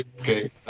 okay